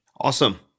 awesome